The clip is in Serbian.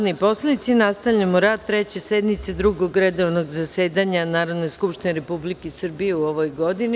narodni nastavljamo rad Treće sednice Drugog redovnog zasedanja Narodne skupštine Republike Srbije u 2016. godini.